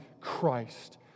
Christ